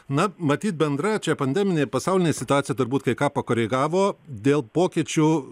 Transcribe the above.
na matyt bendra čia pandeminė pasaulinė situacija turbūt kai ką pakoregavo dėl pokyčių